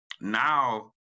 now